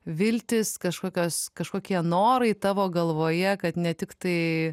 viltys kažkokios kažkokie norai tavo galvoje kad ne tiktai